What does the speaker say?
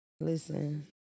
Listen